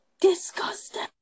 Disgusting